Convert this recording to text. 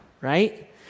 right